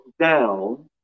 down